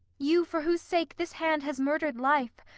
you for whose sake this hand has murdered life,